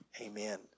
Amen